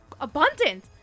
abundant